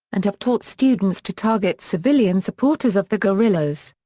and have taught students to target civilian supporters of the guerrillas.